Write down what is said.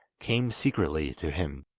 came secretly to him,